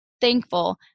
thankful